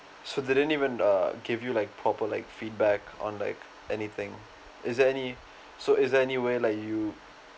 so they didn't even uh give you like proper like feedback on like anything is there any so is there any way like you